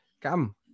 come